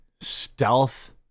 stealth